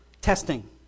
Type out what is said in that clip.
testing